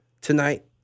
tonight